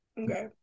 Okay